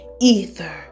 ether